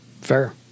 fair